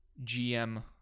GM